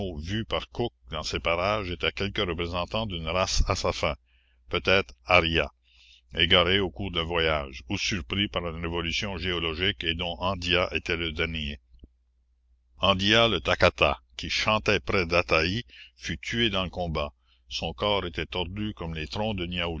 vus par cook dans ces parages étaient quelques la commune représentants d'une race à sa fin peut-être arias égarés au cours d'un voyage ou surpris par une révolution géologique et dont andia était le dernier andia le takata qui chantait près d'ataî fut tué dans le combat son corps était tordu comme les troncs de